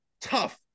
Tough